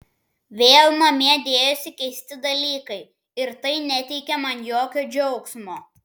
vėl namie dėjosi keisti dalykai ir tai neteikė man jokio džiaugsmo